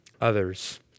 others